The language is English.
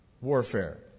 Warfare